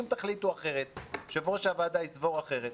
אם תחליטו אחרת, יושב ראש הוועדה יסבור אחרת,